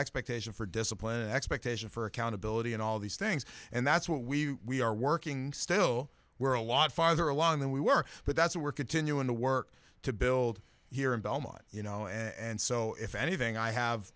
expectation for discipline expectation for accountability and all these things and that's what we are working still where a lot farther along than we were but that's what we're continuing to work to build here in belmont you know and so if anything i have